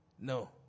no